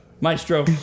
Maestro